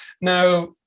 Now